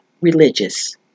religious